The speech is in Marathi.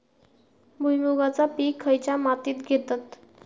भुईमुगाचा पीक खयच्या मातीत घेतत?